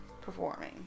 performing